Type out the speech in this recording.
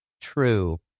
true